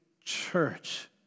church